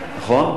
תהפוכות.